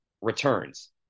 returns